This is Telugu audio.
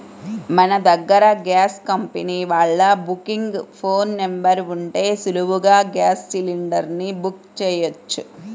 మన దగ్గర గ్యాస్ కంపెనీ వాళ్ళ బుకింగ్ ఫోన్ నెంబర్ ఉంటే సులువుగా గ్యాస్ సిలిండర్ ని బుక్ చెయ్యొచ్చు